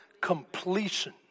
Completion